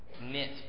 knit